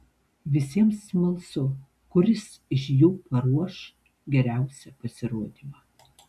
visiems smalsu kuris iš jų paruoš geriausią pasirodymą